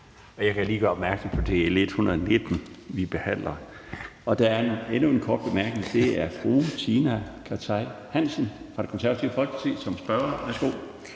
Jeg kan lige gøre opmærksom på, at det er L 119, vi behandler. Der er endnu en kort bemærkning, og den er til fru Tina Cartey Hansen fra Det Konservative Folkeparti som spørger. Værsgo.